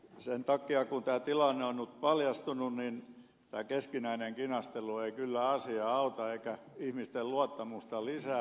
sen takia kun tämä tilanne on nyt paljastunut tämä keskinäinen kinastelu ei kyllä asiaa auta eikä ihmisten luottamusta lisää